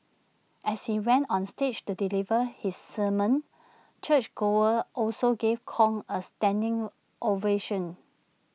as he went on stage to deliver his sermon churchgoers also gave Kong A standing ovation